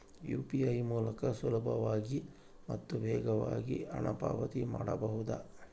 UPI ಮೂಲಕ ಸುಲಭವಾಗಿ ಮತ್ತು ವೇಗವಾಗಿ ಹಣ ಪಾವತಿ ಮಾಡಬಹುದಾ?